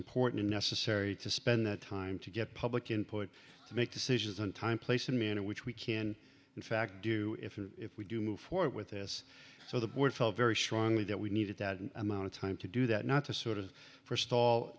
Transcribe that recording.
important necessary to spend that time to get public input to make decisions on time place and manner which we can in fact do if if we do move forward with this so the board felt very strongly that we needed that amount of time to do that not to sort of for stall